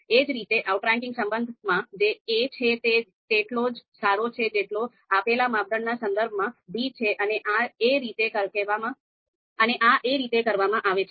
એ જ રીતે આઉટરેંકિંગ સંબંધમાં જે a છે તે તેટલો જ સારો છે જેટલો આપેલ માપદંડના સંદર્ભમાં b છે અને આ એ રીતે કરવામાં આવે છે